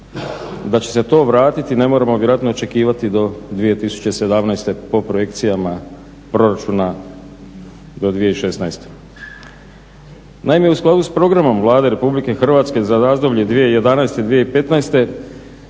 da će se to vratiti ne moramo vjerojatno očekivati do 2017. po projekcijama proračuna do 2016. Naime, u skladu s programom Vlade RH za razdoblje 2011.-2015.